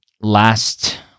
last